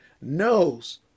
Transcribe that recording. knows